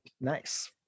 nice